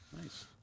Nice